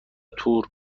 تور